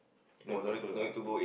no transfer ah